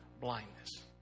blindness